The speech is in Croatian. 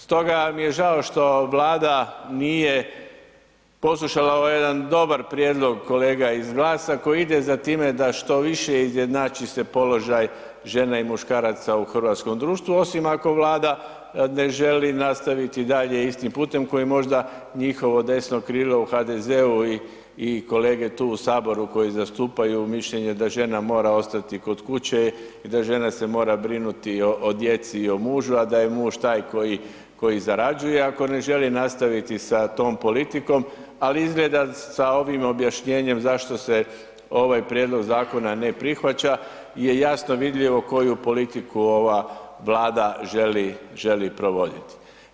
Stoga mi je žao što Vlada nije poslušala ovaj jedan dobar prijedlog kolega iz GLAS-a koji ide za time da što više izjednači se položaj žena i muškaraca u hrvatskom društvu osim ako Vlada ne želi nastaviti i dalje istim putem koji možda njihovo desno krilo u HDZ-u i kolege tu u Saboru koji zastupaju mišljenje da žena mora ostati kod kuće i da žena se mora brinuti o djeci i o mužu a da je muž taj koji zarađuje, ako ne želi nastaviti sa tom politikom, ali izgleda sa ovim objašnjenjem zašto se ovaj prijedlog zakona ne prihvaća je jasno vidljivo koju politiku ova Vlada želi, želi provoditi.